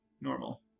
normal